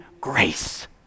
grace